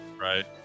Right